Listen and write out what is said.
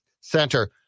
Center